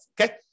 Okay